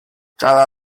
cada